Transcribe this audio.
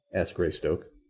asked greystoke.